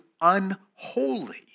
unholy